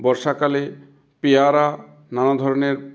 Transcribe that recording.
বর্ষাকালে পেয়ারা নানা ধরনের